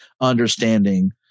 understanding